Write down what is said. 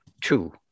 two